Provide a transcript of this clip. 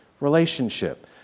relationship